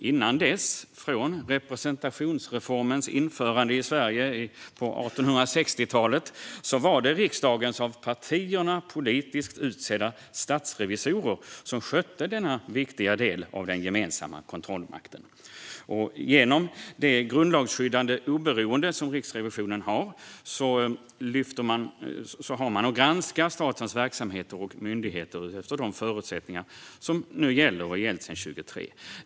Innan dess, från representationsreformens införande i Sverige på 1860-talet, var det riksdagens av partierna politiskt utsedda statsrevisorer som skötte denna viktiga del av den gemensamma kontrollmakten. Genom Riksrevisionens grundlagsskyddade oberoende har man att granska statens verksamheter och myndigheter efter de förutsättningar som nu gäller och som har gällt sedan 2003.